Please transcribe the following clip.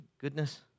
goodness